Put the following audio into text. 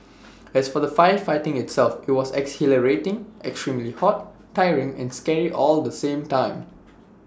as for the firefighting itself IT was exhilarating extremely hot tiring and scary all at the same time